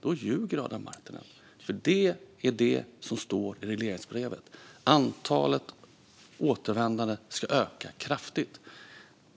Det är detta som står i regleringsbrevet - antalet återvändande ska öka kraftigt.